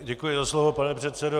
Děkuji za slovo, pane předsedo.